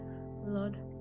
lord